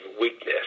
weakness